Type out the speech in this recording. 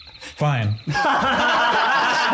Fine